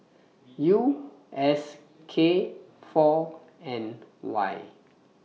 U S K four N Y